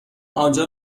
آنجا